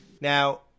now